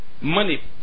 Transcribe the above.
Money